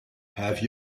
have